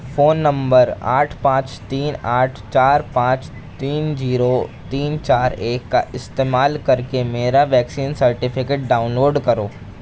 phone نمبر آٹھ پانچ تین آٹھ چار پانچ تین زیرو تین چار ایک کا استعمال کر کے میرا ویکسین سرٹیفکیٹ ڈاؤن لوڈ کرو